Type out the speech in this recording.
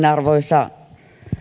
arvoisa